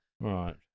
right